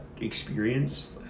experience